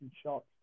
shots